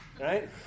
right